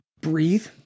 breathe